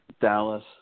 Dallas